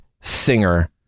singer